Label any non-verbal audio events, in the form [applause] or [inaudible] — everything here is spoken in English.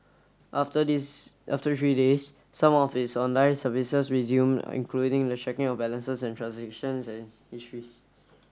after this after three days some of its online services resumed including the checking of balances and transaction [unintelligible] histories